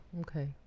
okay